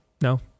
No